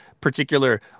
particular